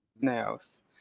Nails